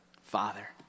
Father